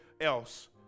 else